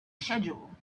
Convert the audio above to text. schedule